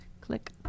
Click